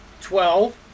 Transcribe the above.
twelve